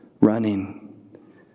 running